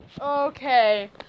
Okay